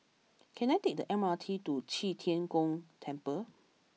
can I take the M R T to Qi Tian Gong Temple